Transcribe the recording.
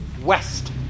west